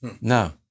No